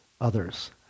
others